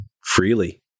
freely